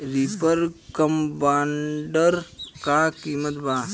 Reaper combiner का किमत बा?